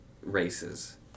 races